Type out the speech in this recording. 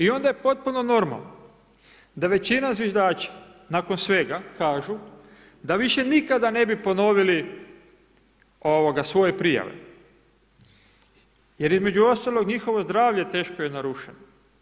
Onda je potpuno normalno da većina zviždača nakon svega kažu da više nikada ne bi ponovili svoje prijave jer između ostaloga, njihovo zdravlje teško je narušeno.